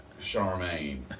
Charmaine